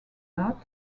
not